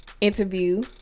interview